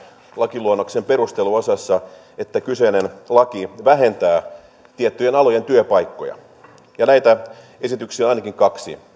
lakiluonnoksen perusteluosassa että kyseinen laki vähentää tiettyjen alojen työpaikkoja näitä esityksiä on ainakin kaksi